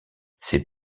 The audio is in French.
ses